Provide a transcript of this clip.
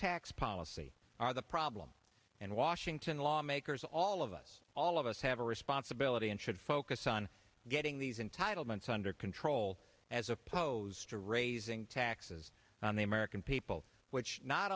tax policy are the problem and washington lawmakers all of us all of us have a responsibility and should focus on getting these entitlements under control as opposed to raising taxes on the american people which not